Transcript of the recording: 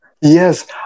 yes